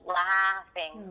laughing